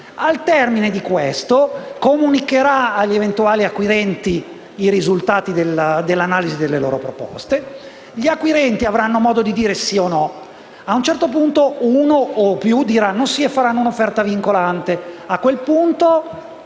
Al termine di questo passaggio si comunicheranno agli eventuali acquirenti i risultati dell'analisi delle loro proposte. Gli acquirenti avranno modo di dire sì o no: a un certo punto, uno o più potenziali acquirenti diranno sì e faranno un'offerta vincolante. A quel punto